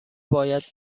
باید